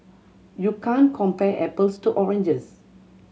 you can't compare apples to oranges